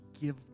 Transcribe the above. give